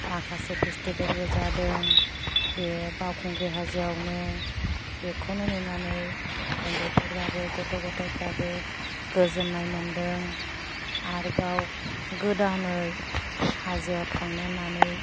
माखासे पेस्टिभेलबो जादों बे बावखुंग्रि हाजोआवनो बेखौनो नुनानै उन्दैफोराबो गथ' गथ'यफ्राबो गोजोन्नाय मोनदों आरोबाव गोदानै हाजोआव थांनो होन्नानै